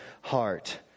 heart